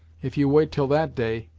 if you wait till that day,